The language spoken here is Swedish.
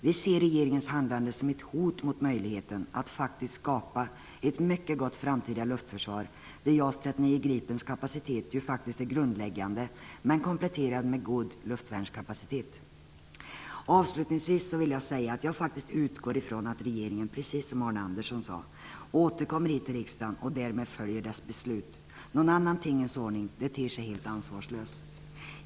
Vi ser regeringens handlande som ett hot mot möjligheten att faktiskt skapa ett mycket gott framtida luftförsvar där JAS 39 Gripens kapacitet faktiskt är grundläggande, kompletterad med god luftvärnskapacitet. Avslutningsvis vill jag säga att jag utgår från att regeringen, precis som Arne Andersson sade, återkommer till riksdagen och därmed följer dess beslut. Någon annan tingens ordning ter sig helt ansvarslös.